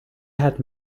had